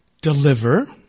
Deliver